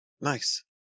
Nice